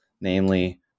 namely